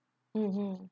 mmhmm